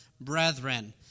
brethren